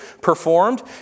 performed